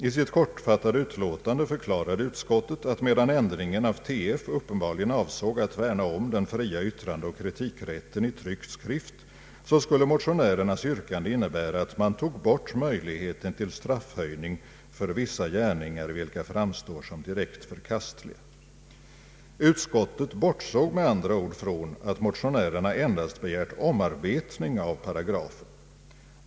I sitt kortfattade utlåtande förklarade utskottet att medan ändringen av TF uppenbarligen avsåg att värna om den fria yttrandeoch kritikrätten i tryckt skrift, så skulle motionärernas yrkande innebära att man tog bort möjligheten till straffhöjning för vissa gärningar vilka framstår som direkt förkastliga. Utskottet bortsåg med andra ord från att motionärerna endast begärt omarbetning av paragrafen.